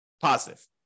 positive